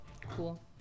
Cool